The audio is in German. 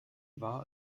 war